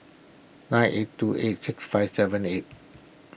nine eight two eight six five seven eight